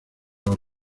los